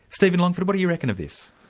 steven longford, what do you reckon of this?